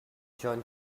john